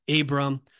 Abram